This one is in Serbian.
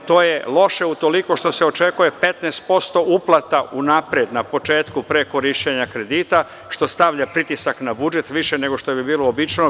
To je loše utoliko što se očekuje 15% uplata unapred, na početku, pre korišćenja kredita, što stavlja pritisak na budžet više nego uobičajeno.